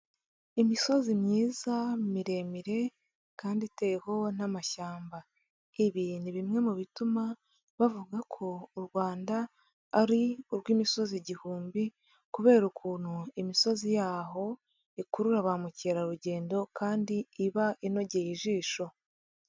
Imisozi myiza miremire kandi iteyeho n'amashyamba, ibi ni bimwe mu bituma bavuga ko u Rwanda ari urw'imisozi igihumbi, kubera ukuntu imisozi yaho ikurura ba mukerarugendo kandi iba inogeye ijisho.